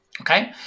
Okay